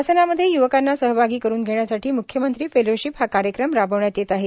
शासनामध्ये य्वकांना सहभागी करुन घेण्यासाठी मुख्यमंत्री फेलोशिप हा कार्यक्रम राबविण्यात येत आहे